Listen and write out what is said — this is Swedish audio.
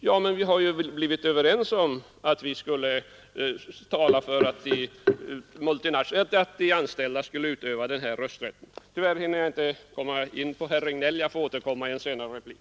Ja, men vi har ju blivit överens om att de anställda skall utöva denna rösträtt! Tyvärr hinner jag nu inte gå in på vad herr Regnéll anförde. Jag ber att få återkomma till den saken i en senare replik.